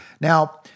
Now